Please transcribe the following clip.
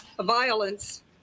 violence